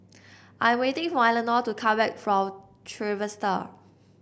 I waiting for Elenor to come back from Trevista